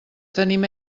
tenim